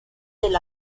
del